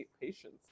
patience